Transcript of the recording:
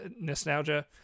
nostalgia